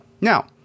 Now